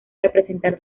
representar